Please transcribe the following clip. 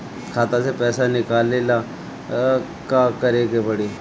खाता से पैसा निकाले ला का करे के पड़ी?